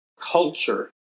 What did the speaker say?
culture